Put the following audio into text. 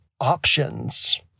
options